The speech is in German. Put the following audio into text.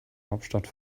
hauptstadt